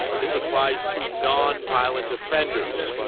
this applies to nonviolent offenders.